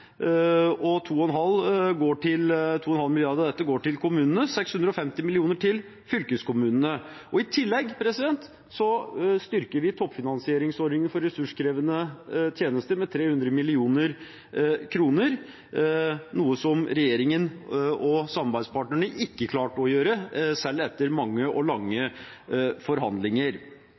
2,5 mrd. kr av dette går til kommunene, 650 mill. kr går til fylkeskommunene. I tillegg styrker vi toppfinansieringsordningen for ressurskrevende tjenester med 300 mill. kr, noe som regjeringen og samarbeidspartnerne ikke klarte å gjøre, selv etter mange og lange forhandlinger.